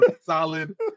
solid